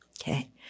Okay